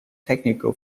technical